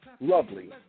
lovely